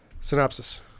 Synopsis